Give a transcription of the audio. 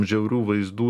žiaurių vaizdų